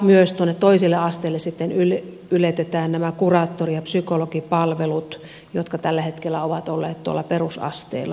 myös toiselle asteelle sitten yletetään nämä kuraattori ja psykologipalvelut jotka tällä hetkellä ovat olleet perusopetusasteella